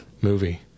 movie